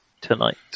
tonight